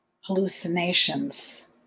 hallucinations